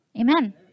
Amen